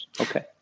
Okay